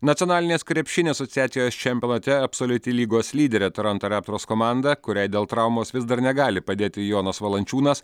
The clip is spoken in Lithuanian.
nacionalinės krepšinio asociacijos čempionate absoliuti lygos lyderė toronto reptors komanda kuriai dėl traumos vis dar negali padėti jonas valančiūnas